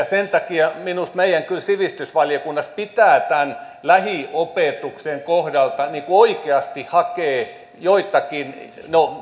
sen takia minusta meidän kyllä sivistysvaliokunnassa pitää tämän lähiopetuksen kohdalla oikeasti hakea joitakin